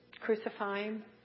crucifying